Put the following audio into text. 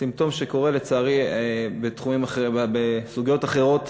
סימפטום שקיים לצערי בסוגיות אחרות